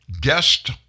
guest